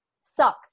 suck